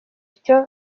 icyo